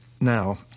now